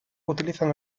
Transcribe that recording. utilizan